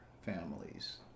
families